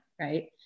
right